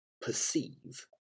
perceive